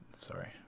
sorry